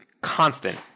constant